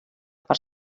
per